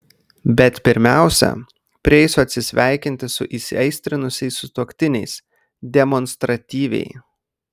bet pirmiausia prieisiu atsisveikinti su įsiaistrinusiais sutuoktiniais demonstratyviai